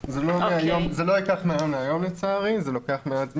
זה לא ייקח מהיום להיום לצערי, זה לוקח מעט זמן.